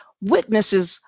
witnesses